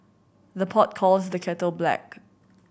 the pot calls the kettle black